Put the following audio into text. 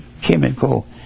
chemical